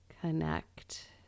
connect